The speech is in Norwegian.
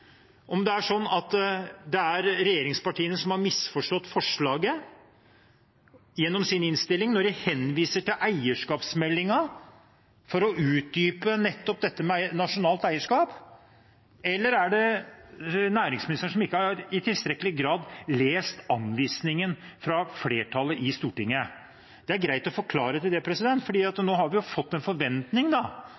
om det er regjeringspartiene som har misforstått forslaget i innstillingen når de henviser til eierskapsmeldingen for å utdype dette med nasjonalt eierskap, eller om det er næringsministeren som ikke i tilstrekkelig grad har lest anvisningen fra flertallet i Stortinget. Det er greit å få klarhet i det, for nå har vi fått en forventning om at